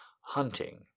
hunting